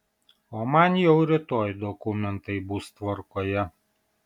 o man jau rytoj dokumentai bus tvarkoje